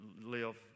live